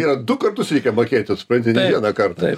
yra du kartus reikia mokėti supranti o ne vieną kartą